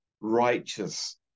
righteous